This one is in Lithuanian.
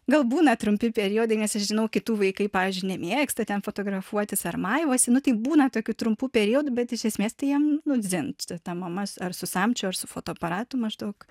gal būna trumpi periodai nes aš žinau kitų vaikai pavyzdžiui nemėgsta ten fotografuotis ar maivosi nu taip būna tokių trumpų periodų bet iš esmės tai jiem nu dzin ta mama ar su samčiu ar su fotoaparatu maždaug